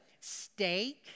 Steak